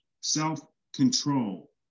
self-control